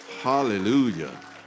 Hallelujah